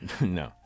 No